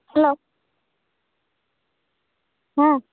hello হুম